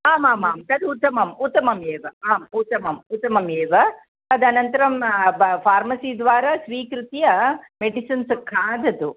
आमामां तद् उत्तमम् उत्तमम् एव आम् उत्तमम् उत्तमम् एव तदनन्तरं ब् फ़ार्मसि द्वारा स्वीकृत्य मेडिसिन्स् खादतु